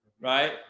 right